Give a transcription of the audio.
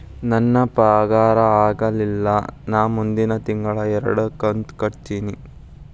ನನ್ನ ಪಗಾರ ಆಗಿಲ್ಲ ನಾ ಮುಂದಿನ ತಿಂಗಳ ಎರಡು ಕಂತ್ ಕಟ್ಟತೇನಿ